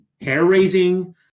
Hair-raising